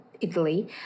Italy